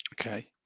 Okay